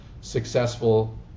successful